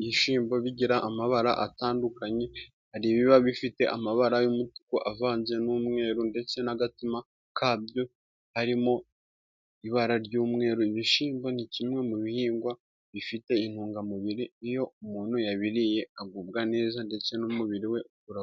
ibishyimbo bigira amabara atandukanye， hari ibiba bifite amabara y'umutuku，avanze n'umweru，ndetse n'agatima kabyo harimo ibara ry'umweru. Ibishyimbo ni kimwe mu bihingwa bifite intungamubiri，iyo umuntu yabiriye agubwa neza， ndetse n'umubiri we uga...., .